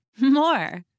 more